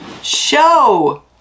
SHOW